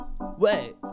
Wait